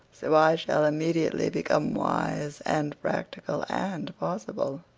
so i shall immediately become wise and practical and possible.